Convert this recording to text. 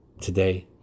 today